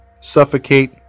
suffocate